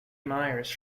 meyers